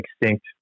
extinct